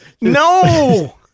No